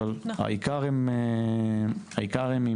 אבל העיקר הם ממרץ.